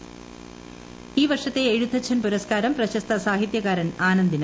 എഴുത്തച്ഛൻ പുരസ്കാരം ഈ വർഷത്തെ എഴുത്തച്ഛൻ പുരസ്കാരം പ്രശസ്ത സാഹിത്യകാരൻ ആനന്ദിന്